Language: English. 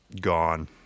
gone